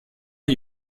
are